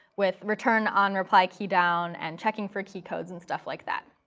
with return on reply key down and checking for key codes and stuff like that.